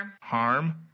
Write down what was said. harm